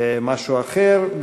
למשהו אחר.